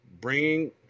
bringing